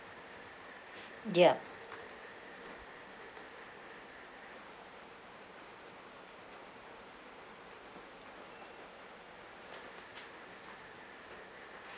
ya